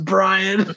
Brian